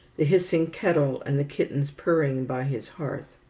the hissing kettle, and the kittens purring by his hearth.